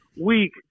week